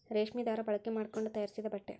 ರೇಶ್ಮಿ ದಾರಾ ಬಳಕೆ ಮಾಡಕೊಂಡ ತಯಾರಿಸಿದ ಬಟ್ಟೆ